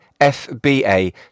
FBA